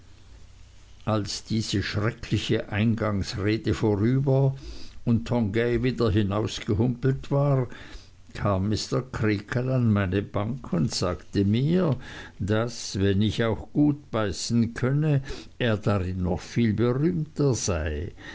als diese schreckliche eingangsrede vorüber und tongay wieder hinausgehumpelt war kam mr creakle an meine bank und sagte mir daß wenn ich auch gut beißen könnte er darin noch viel berühmter sei